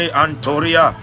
antoria